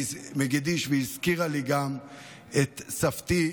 והיא הזכירה לי גם את סבתי,